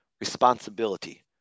Responsibility